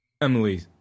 Emily